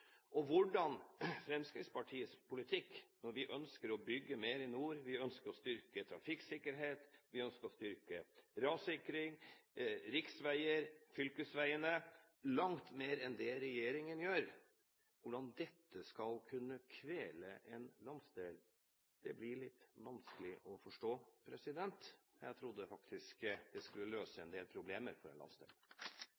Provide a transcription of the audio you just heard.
gjør. Hvordan dette skal kunne kvele en landsdel, det blir litt vanskelig å forstå. Jeg trodde faktisk det skulle løse